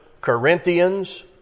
Corinthians